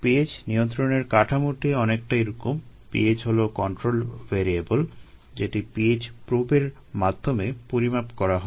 pH নিয়ন্ত্রণের কাঠামোটি অনেকটা এরকম pH হলো কন্ট্রোল ভ্যারিয়েবল যেটি pH প্রোবের মাধ্যমে পরিমাপ করা হয়